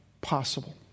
possible